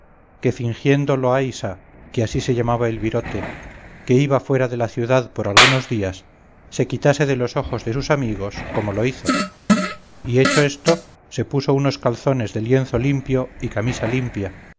que fingiendo loaysa que así se llamaba el virote que iba fuera de la ciudad por algunos días se quitase de los ojos de sus amigos como lo hizo y hecho esto se puso unos calzones de lienzo limpio y camisa limpia